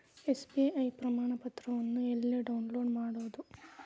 SBI ಪ್ರಮಾಣಪತ್ರವನ್ನ ಎಲ್ಲೆ download ಮಾಡೊದು?